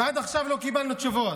ועד עכשיו לא קיבלנו תשובות.